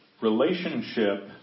Relationship